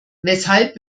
weshalb